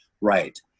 right